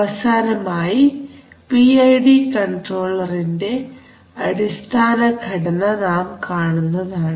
അവസാനമായി പിഐഡി കൺട്രോളറിന്റെ അടിസ്ഥാന ഘടന നാം കാണുന്നതാണ്